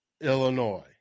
Illinois